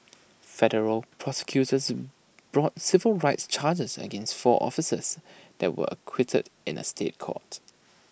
federal prosecutors brought civil rights charges against four officers that they were acquitted in A State Court